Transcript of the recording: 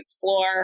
floor